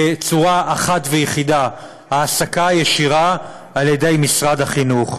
בצורה אחת ויחידה: העסקה ישירה על ידי משרד החינוך.